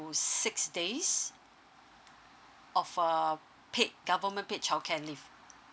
six days of um paid government paid childcare leave